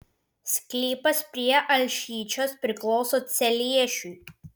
sklypas prie alšyčios priklauso celiešiui